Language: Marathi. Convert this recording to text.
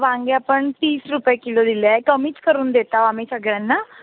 वांगे आपण तीस रुपये किलो दिले आहे कमीच करून देत आहे आम्ही सगळ्यांना